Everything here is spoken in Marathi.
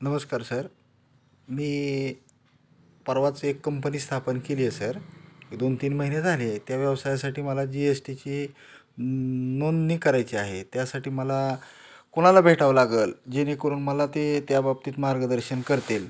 नमस्कार सर मी परवाच एक कंपनी स्थापन केली आहे सर दोन तीन महिने झाले त्या व्यवसायासाठी मला जी एस टीची नोंदणी करायची आहे त्यासाठी मला कोणाला भेटावं लागेल जेणेकरून मला ते त्या बाबतीत मार्गदर्शन करतील